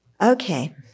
Okay